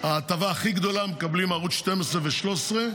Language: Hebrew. את ההטבה הכי גדולה מקבלים ערוצים 12 ו-13,